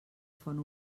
font